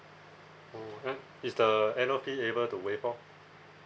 oh an~ is the annual fee able to waive off